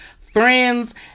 Friends